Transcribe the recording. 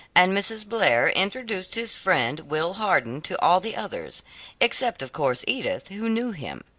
and mrs. blair introduced his friend will hardon to all the others except of course edith who knew him.